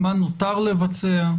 מה נותר לבצע?